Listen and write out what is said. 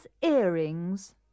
earrings